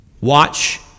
Watch